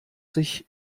sich